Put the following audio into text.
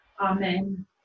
Amen